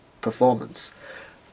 performance